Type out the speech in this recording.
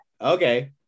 Okay